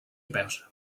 about